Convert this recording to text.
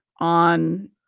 on